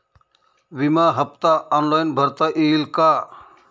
विमा हफ्ता ऑनलाईन भरता येईल का?